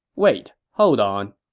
wait, hold on.